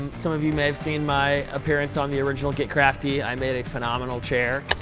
some of you may have seen my appearance on the original get crafty. i made a phenomenal chair.